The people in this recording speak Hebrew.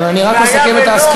אדוני השר, אני רק אסכם את ההסכמות.